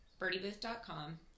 birdiebooth.com